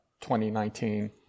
2019